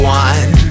one